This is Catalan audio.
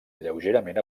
lleugerament